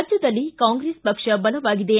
ರಾಜ್ಯದಲ್ಲಿ ಕಾಂಗ್ರೆಸ್ ಪಕ್ಷ ಬಲವಾಗಿದೆ